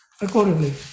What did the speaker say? Accordingly